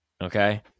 Okay